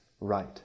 right